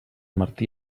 martí